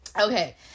Okay